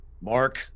Mark